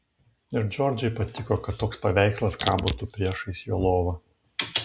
ir džordžui patiko kad toks paveikslas kabotų priešais jo lovą